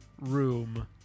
room